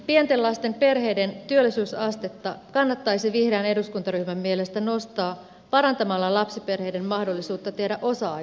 pienten lasten perheiden työllisyysastetta kannattaisi vihreän eduskuntaryhmän mielestä nostaa parantamalla lapsiperheiden mahdollisuutta tehdä osa aikatyötä